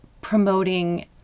promoting